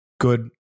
good